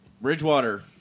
Bridgewater